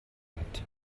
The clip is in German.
hat